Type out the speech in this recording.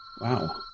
wow